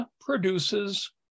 produces